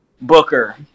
Booker